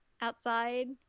outside